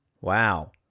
Wow